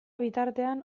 bitartean